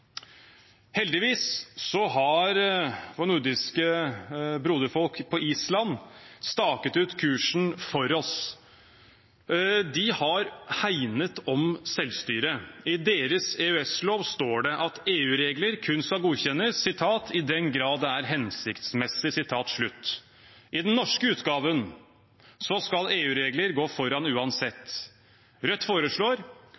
Heldigvis har vårt nordiske broderfolk på Island staket ut kursen for oss. De har hegnet om selvstyret. I deres EØS-lov står det at EU-regler kun skal godkjennes i den grad det er hensiktsmessig. Ifølge den norske utgaven skal EU-regler gå foran